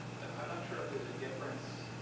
so i'm not sure if there is difference.